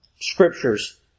scriptures